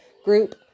group